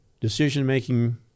decision-making